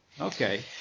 okay